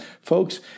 Folks